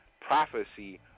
Prophecy